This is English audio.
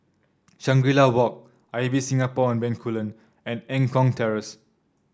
Shangri La Walk Ibis Singapore on Bencoolen and Eng Kong Terrace